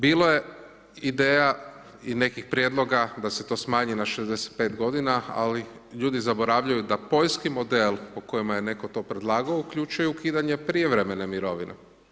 Bilo je ideja i nekih prijedloga da se to smanji na 65 godina, ali ljudi zaboravljaju da poljski model po kojima je to netko predlagao uključuje ukidanje prijevremene mirovine.